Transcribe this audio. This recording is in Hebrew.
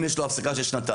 אם יש לו הפסקה של שנתיים,